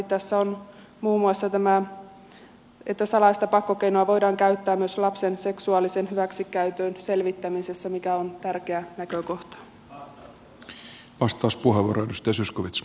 tässä on muun muassa tämä että salaista pakkokeinoa voidaan käyttää myös lapsen seksuaalisen hyväksikäytön selvittämisessä mikä on tärkeä näkökohta